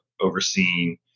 overseeing